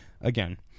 again